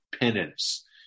penance